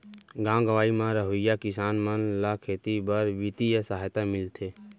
गॉव गँवई म रहवइया किसान मन ल खेती बर बित्तीय सहायता मिलथे